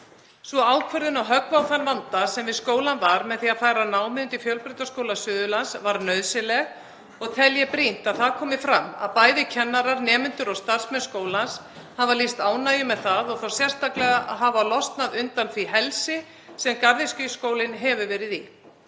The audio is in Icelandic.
Sú ákvörðun að höggva á þann vanda sem við skólann var með því að færa námið undir Fjölbrautaskóla Suðurlands var nauðsynleg og tel ég brýnt að það komi fram að bæði kennarar, nemendur og starfsmenn skólans hafa lýst ánægju með það og þá sérstaklega að hafa losnað undan því helsi sem Garðyrkjuskólinn hefur verið í.